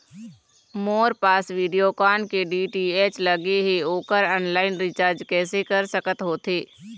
मोर पास वीडियोकॉन के डी.टी.एच लगे हे, ओकर ऑनलाइन रिचार्ज कैसे कर सकत होथे?